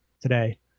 today